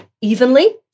evenly